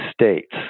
states